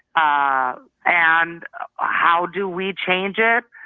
ah and ah how do we change it?